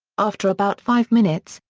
after about five minutes,